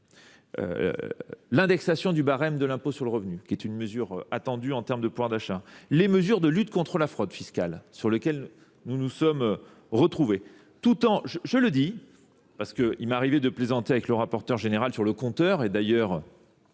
l'indexation du barème de l'impôt sur le revenu, qui est une mesure attendue en termes de pouvoir d'achat, les mesures de lutte contre la fraude fiscale sur lesquelles nous nous sommes retrouvés. Tout en, je le dis, parce qu'il m'arrivait de plaisanter avec le rapporteur général sur le compteur et d'ailleurs